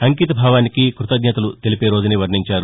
అంకిత భావానికి కృతజ్ఞతలు తెలిపేరోజని వర్ణించారు